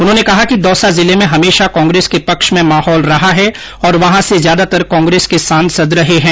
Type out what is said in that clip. उन्होंने कहा कि दौसा जिले में हमेषा कांग्रेस के पक्ष में माहौल रहा है और वहां से ज्यादातर कांग्रेस के सांसद रहे हैं